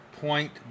point